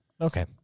Okay